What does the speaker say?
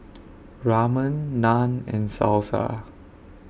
Ramen Naan and Salsa